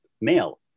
male